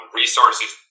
resources